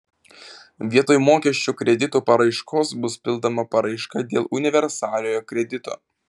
vietoj mokesčių kreditų paraiškos bus pildoma paraiška dėl universaliojo kredito